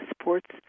sports